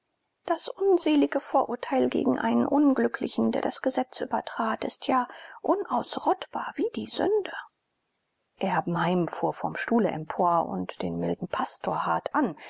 das unselige vorurteil gegen einen unglücklichen der das gesetz übertrat ist ja unausrottbar wie die sünde erbenheim fuhr vom stuhle empor und den milden pastor hart an